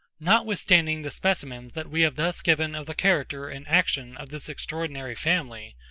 notwithstanding the specimens that we have thus given of the character and action of this extraordinary family,